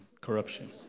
corruption